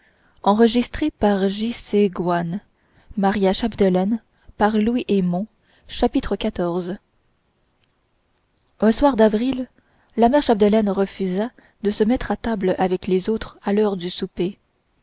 chapitre xiv un soir d'avril la mère chapdelaine refusa de se mettre à table avec les autres à l'heure du souper